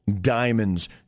diamonds